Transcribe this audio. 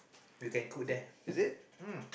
you can cook there ah